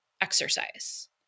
exercise